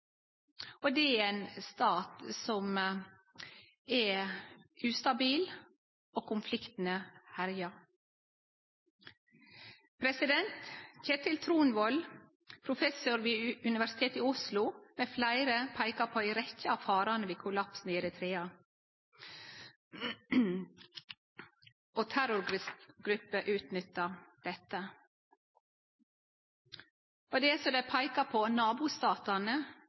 og det i ein stat som er ustabil, og der konfliktane herjar. Kjetil Tronvold, professor ved Universitetet i Oslo, med fleire, peikar på ei rekkje av farane ved kollapsen i Eritrea, og terrorgrupper utnyttar dette. Som dei peikar på, er ikkje nabostatane